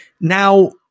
Now